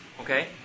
Okay